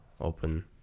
open